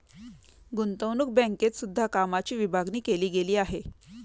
गुतंवणूक बँकेत सुद्धा कामाची विभागणी केली गेली आहे